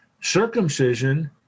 circumcision